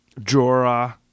Jorah